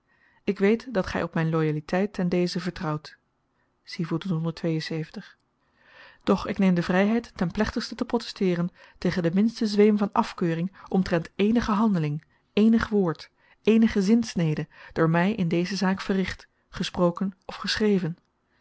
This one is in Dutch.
ik weet dat gy op myn loyaliteit ten deze vertrouwt doch ik neem de vryheid ten plechtigste te protesteeren tegen den minsten zweem van afkeuring omtrent éénige handeling éénig woord éénige zinsnede door my in deze zaak verricht gesproken of geschreven